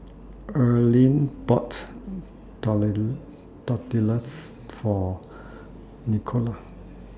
Earline boughts taller Tortillas For Nikole